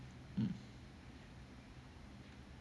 um